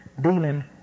dealing